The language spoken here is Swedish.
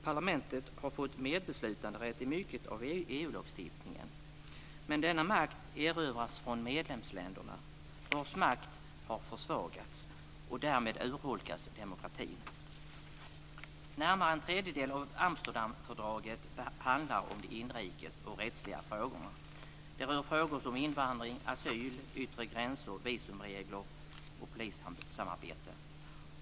Parlamentet har fått medbeslutanderätt i mycket av EU-lagstiftningen. Men denna makt erövras från medlemsländerna, vars makt har försvagats, och därmed urholkas demokratin. Närmare en tredjedel av Amsterdamfördraget handlar om inrikes och rättsliga frågor. Det rör frågor som invandring, asyl, yttre gränser, visumregler, polissamarbete.